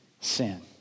sin